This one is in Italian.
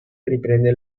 riprende